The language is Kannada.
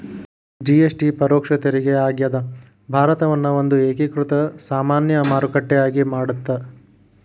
ಜಿ.ಎಸ್.ಟಿ ಪರೋಕ್ಷ ತೆರಿಗೆ ಆಗ್ಯಾದ ಭಾರತವನ್ನ ಒಂದ ಏಕೇಕೃತ ಸಾಮಾನ್ಯ ಮಾರುಕಟ್ಟೆಯಾಗಿ ಮಾಡತ್ತ